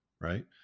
right